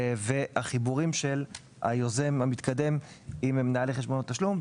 החיבורים של היוזם המתקדם עם מנהלי חשבונות תשלום,